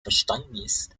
verständnis